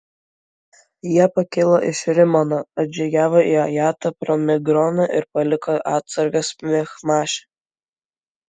jie pakilo iš rimono atžygiavo į ajatą pro migroną ir paliko atsargas michmaše